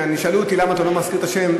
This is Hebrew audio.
שאלו אותי: למה אתה לא מזכיר את השם?